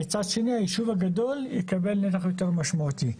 ומצד שני היישוב הגדול יקבל נתח יותר משמעותי.